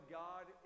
god